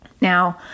Now